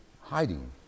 hiding